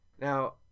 Now